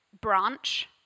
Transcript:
branch